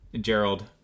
Gerald